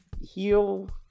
heal